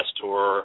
tour